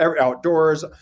outdoors